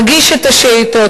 הוא מגיש את השאילתות,